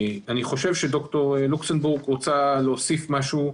אני חושב שדוקטור לוקסנברג רוצה להוסיף משהו.